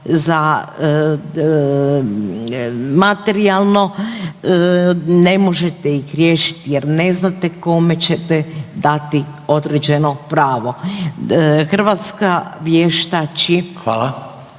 za materijalno, ne možete ih riješiti jer ne znate kome ćete dati određeno pravo. Hrvatska vještači